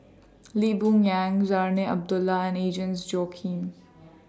Lee Boon Yang Zarinah Abdullah and Agnes Joaquim